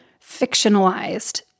fictionalized